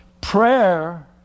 Prayer